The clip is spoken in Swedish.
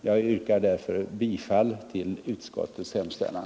Jag inskränker mig därför till att yrka bifall till utskottets hemställan.